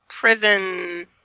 prison